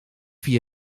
via